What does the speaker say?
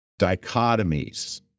dichotomies